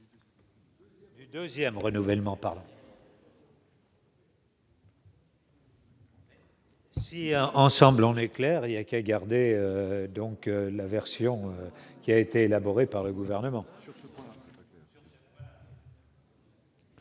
là. Ensemble, on est clair, il y a qui a gardé donc la version qui a été élaboré par le gouvernement.